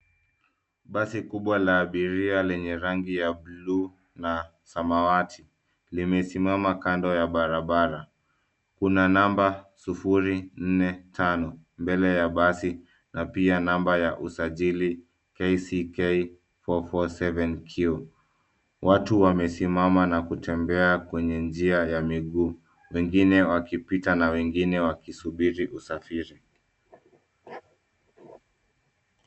Basi kubwa la abiria lenye rangi ya bluu na samawati limesimama kando ya barabara. Kuna namba 045 mbele ya basi na pia namba ya usajili KCK 447Q. Watu wamesimama na kutembea kwenye njia ya miguu wengine wakipita na wengine wakisubiri usafiri.